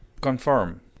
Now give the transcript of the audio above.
CONFIRM